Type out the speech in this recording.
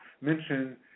mention